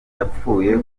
yapfuye